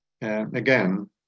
again